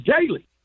daily